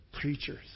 preachers